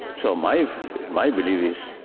so my my belief is,